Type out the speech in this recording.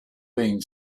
being